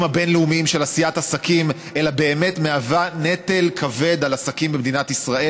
הבין-לאומיים של עשיית עסקים אלא באמת מהווה נטל כבד על עסקים במדינת ישראל.